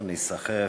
לא ניסחף,